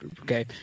Okay